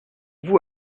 vous